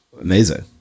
Amazing